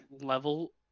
level